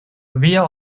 via